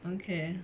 okay